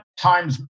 times